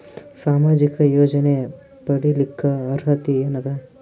ಸಾಮಾಜಿಕ ಯೋಜನೆ ಪಡಿಲಿಕ್ಕ ಅರ್ಹತಿ ಎನದ?